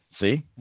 See